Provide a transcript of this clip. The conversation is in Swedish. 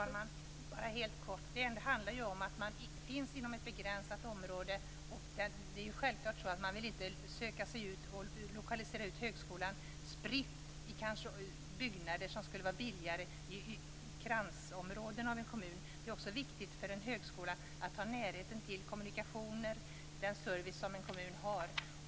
Fru talman! Det handlar om att högskolan finns inom ett välbeläget område, och det är självklart att man inte vill lokalisera ut högskolan och sprida ut den i byggnader, som kanske är billigare, i ytterområden i en kommun. Det är också viktigt för en högskola att ha närhet till kommunikationer och den service som en kommun har.